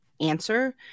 answer